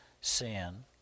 sin